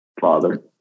Father